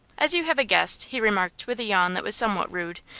as you have a guest, he remarked, with a yawn that was somewhat rude,